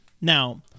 Now